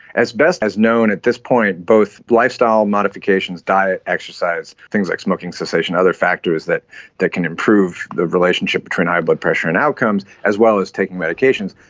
as best as known at this point, both lifestyle modifications, diet, exercise, things like smoking cessation, other factors that that can improve the relationship between high blood pressure and outcomes, as well as taking medications,